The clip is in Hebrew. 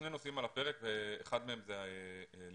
שני נושאים על הפרק ואחד מהם הוא הלימודים